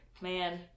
Man